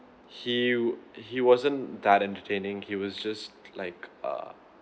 he he wasn't that entertaining he was just like err